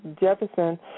Jefferson